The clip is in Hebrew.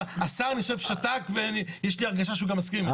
השר אני חושב שתק ויש לי הרגשה שהוא גם מסכים איתי.